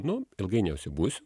nu ilgai neužsibūsiu